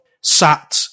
sat